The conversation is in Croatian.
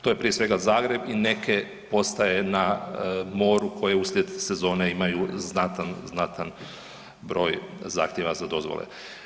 To je prije svega Zagreb i neke postaje na moru koje uslijed sezone imaju znatan, znatan broj zahtjeva za dozvole.